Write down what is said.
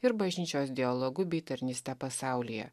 ir bažnyčios dialogu bei tarnyste pasaulyje